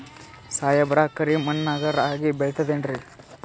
ಸಾಹೇಬ್ರ, ಕರಿ ಮಣ್ ನಾಗ ರಾಗಿ ಬೆಳಿತದೇನ್ರಿ?